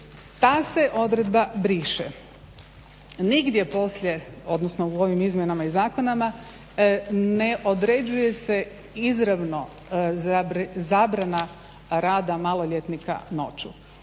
Ta se odredba briše. Nigdje poslije, odnosno u ovim izmjenama zakona ne određuje se izravno zabrana rada maloljetnika noću.